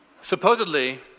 Supposedly